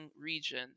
region